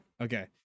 okay